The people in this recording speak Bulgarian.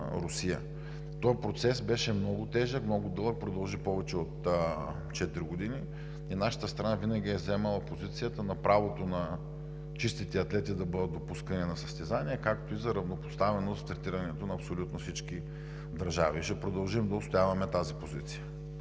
Този процес беше много тежък, много дълъг, продължи повече от четири години и нашата страна винаги е вземала позицията на правото на чистите атлети да бъдат допускани на състезания, както и за равнопоставеност в третирането на абсолютно всички държави. Ще продължим да отстояваме тази позиция.